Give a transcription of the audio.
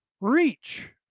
reach